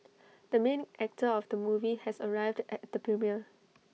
the main actor of the movie has arrived at the premiere